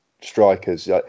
strikers